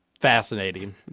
fascinating